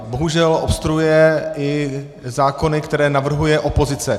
Bohužel obstruuje i zákony, které navrhuje opozice.